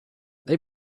they